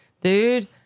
Dude